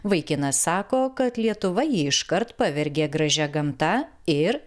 vaikinas sako kad lietuva jį iškart pavergė gražia gamta ir